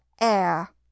air